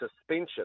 suspension